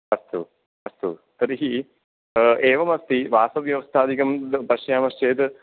अस्तु अस्तु तर्हि एवमस्ति वासव्यवस्थादिकं पश्यामश्चेद्